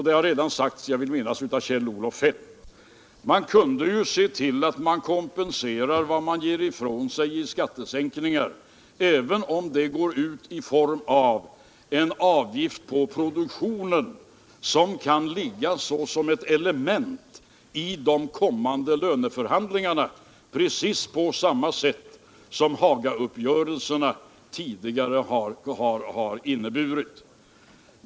Det har redan sagts —-jag vill minnas av Kjell-Olof Feldt — att man kunde se till att kompensera vad man ger ifrån sig i skattesänkningar, även om det går ut i form av en avgift på produktionen, som kan ligga såsom ett element i de kommande löneförhandlingarna, precis på samma sätt som Hagauppgörelserna tidigare har gjort.